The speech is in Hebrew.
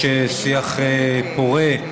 יש שיח פורה,